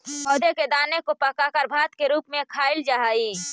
पौधों के दाने को पकाकर भात के रूप में भी खाईल जा हई